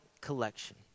collection